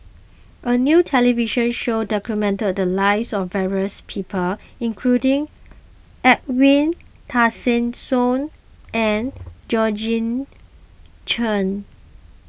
a new television show documented the lives of various people including Edwin Tessensohn and Georgette Chen